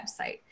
website